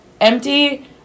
Empty